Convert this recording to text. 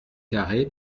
carré